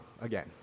again